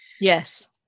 yes